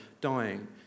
dying